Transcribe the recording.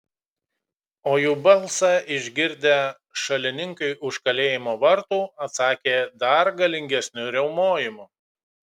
o jų balsą išgirdę šalininkai už kalėjimo vartų atsakė dar galingesniu riaumojimu